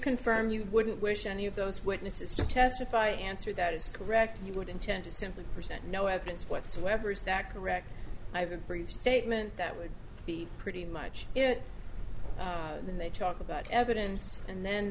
confirm you wouldn't wish any of those witnesses to testify answer that is correct you would intend to simply present no evidence whatsoever is that correct i've been brief statement that would be pretty much it when they talk about evidence and then